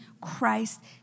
Christ